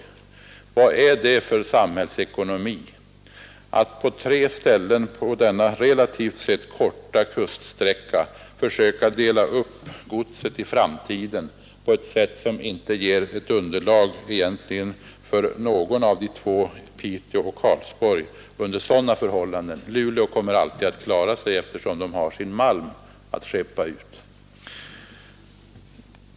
Vad är det för samhällsekonomi att på tre ställen på denna relativt sett korta kuststräcka försöka dela upp godset i framtiden på ett sätt som egentligen inte ger ett tillräckligt underlag för vare sig Piteå eller Karlsborg under sådana förhållanden? Luleå kommer alltid att klara sig, eftersom man har sin malm att skeppa ut.